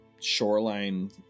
shoreline